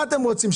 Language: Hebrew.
מה אתם רוצים?